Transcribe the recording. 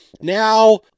now